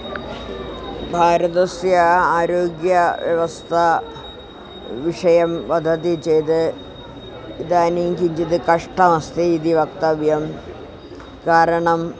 भारतस्य आरोग्यव्यवस्था विषयं वदति चेत् इदानीं किञ्चित् कष्टमस्ति इति वक्तव्यं कारणम्